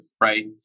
right